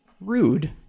rude